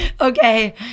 Okay